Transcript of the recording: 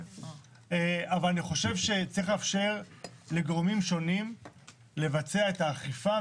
אני חושב שצריך לאפשר לגורמים שונים לבצע את האכיפה,